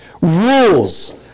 rules